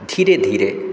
धीरे धीरे